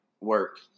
work